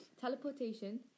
teleportation